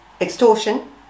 extortion